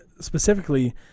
specifically